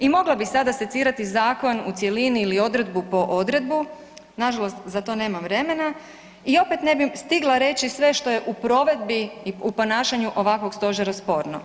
I mogla bih sada secirati zakon u cjelini ili odredbu po odredbu, nažalost za to nemam vremena, i opet ne bi stigla reći sve što je u provedbi i ponašanju ovakvog stožera sporno.